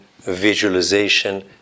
visualization